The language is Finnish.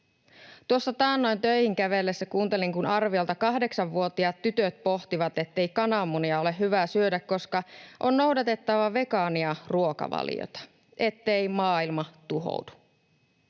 Tuossa taannoin töihin kävellessäni kuuntelin, kun arviolta kahdeksanvuotiaat tytöt pohtivat, ettei kananmunia ole hyvä syödä, koska on noudatettava vegaanista ruokavaliota, ettei maailma tuhoudu.